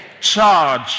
charge